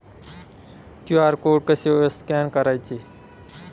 QR code कसे scan करायचे?